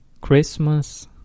Christmas